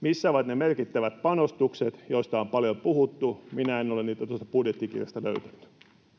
Missä ovat ne merkittävät panostukset, joista on paljon puhuttu? Minä en ole niitä tuosta budjettikirjasta löytänyt.